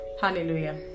Hallelujah